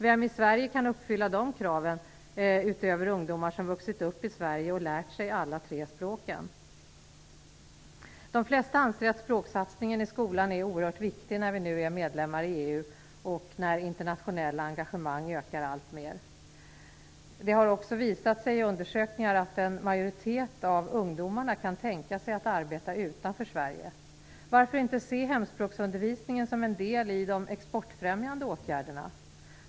Vem i Sverige kan uppfylla de kraven, utöver ungdomar som vuxit upp i Sverige och lärt sig alla tre språken? De flesta anser att språksatsningen i skolan är oerhört viktig när vi nu är medlemmar i EU och när internationella engagemang ökar alltmer. Det har också visat sig i undersökningar att en majoritet av ungdomarna kan tänka sig att arbeta utanför Sverige. Varför inte se hemspråksundervisningen som en del i de exportfrämjande åtgärderna?